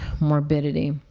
morbidity